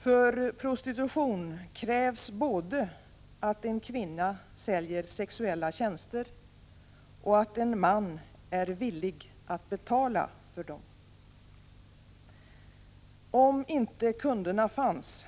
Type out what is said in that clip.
För prostitution krävs både att en kvinna säljer sexuella tjänster och att en man är villig att betala för dessa. Om inte kunderna fanns